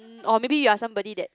oh maybe you are somebody that